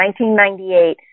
1998